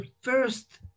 first